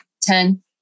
ten